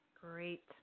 Great